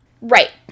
Right